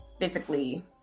physically